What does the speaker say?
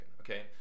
okay